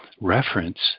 reference